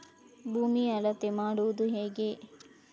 ಭೂಮಿಯ ಅಳತೆ ಮಾಡುವುದು ಹೇಗೆ?